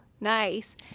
Nice